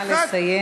נא לסיים.